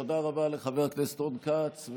תודה רבה לחבר הכנסת רון כץ,